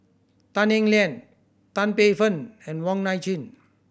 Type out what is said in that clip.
Tan Eng Liang Tan Paey Fern and Wong Nai Chin